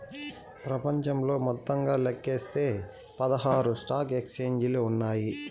ప్రపంచంలో మొత్తంగా లెక్కిస్తే పదహారు స్టాక్ ఎక్స్చేంజిలు ఉన్నాయి